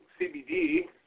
CBD